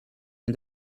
and